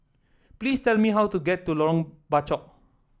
please tell me how to get to Lorong Bachok